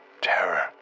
terror